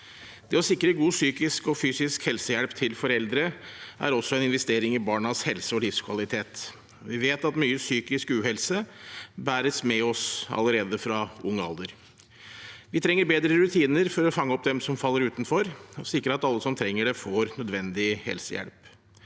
Det å sikre god psykisk og fysisk helsehjelp til foreldre er også en investering i barnas helse og livskvalitet. Vi vet at mye psykisk uhelse bæres med oss allerede fra ung alder. Vi trenger bedre rutiner for å fange opp dem som faller utenfor, og sikre at alle som trenger det, får nødvendig helsehjelp.